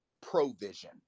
provision